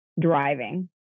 driving